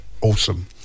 Awesome